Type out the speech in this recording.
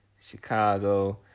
Chicago